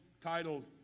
titled